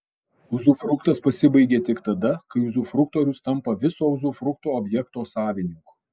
uzufruktas pasibaigia tik tada kai uzufruktorius tampa viso uzufrukto objekto savininku